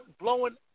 blowing